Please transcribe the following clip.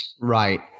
Right